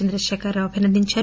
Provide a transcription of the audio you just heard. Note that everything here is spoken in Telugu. చంద్రశేఖర్ రావు అభినందించారు